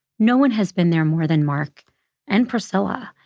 no one has been there more than mark and priscilla.